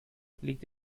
liegt